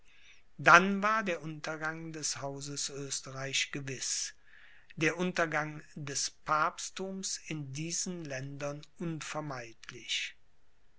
dann war der untergang des hauses oesterreich gewiß der untergang des papstthums in diesen ländern unvermeidlich